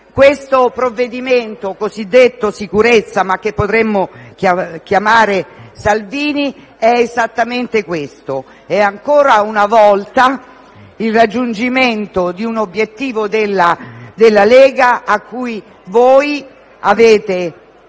Questo provvedimento cosiddetto sicurezza, ma che potremmo chiamare Salvini, è esattamente questo: è ancora una volta il raggiungimento di un obiettivo della Lega a cui voi avete ceduto